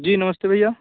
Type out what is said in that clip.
जी नमस्ते भैया